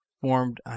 formed